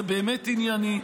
וזה באמת ענייני.